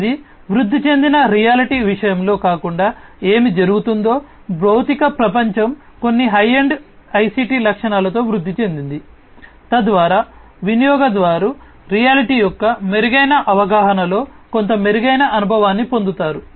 ఇది వృద్ధి చెందిన రియాలిటీ విషయంలో కాకుండా ఏమి జరుగుతుందో భౌతిక ప్రపంచం కొన్ని హై ఎండ్ ఐసిటి లక్షణాలతో వృద్ధి చెందింది తద్వారా వినియోగదారు రియాలిటీ యొక్క మెరుగైన అవగాహనలో కొంత మెరుగైన అనుభవాన్ని పొందుతారు